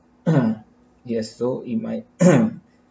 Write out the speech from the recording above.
yes so in my